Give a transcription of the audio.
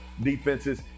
defenses